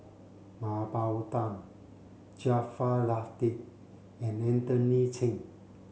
Mah Bow Tan Jaafar Latiff and Anthony Chen